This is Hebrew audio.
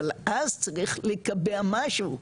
אבל אז צריך לקבע משהו,